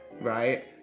right